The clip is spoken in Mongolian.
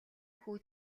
хүү